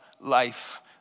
life